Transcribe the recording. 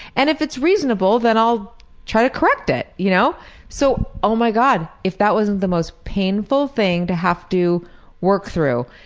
and if it's reasonable then i'll try to correct it. you know so oh my god, if that wasn't the most painful thing to have to work through!